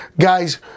Guys